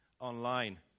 online